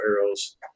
arrows